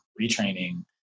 retraining